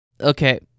Okay